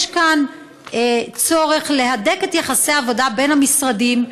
יש כאן צורך להדק את יחסי העבודה בין המשרדים,